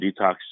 detox